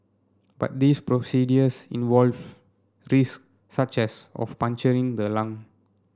but these procedures involve risk such as of puncturing the lung